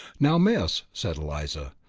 now, miss, said eliza.